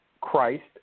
christ